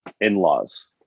in-laws